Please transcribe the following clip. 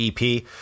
EP